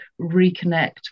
reconnect